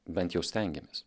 bent jau stengiamės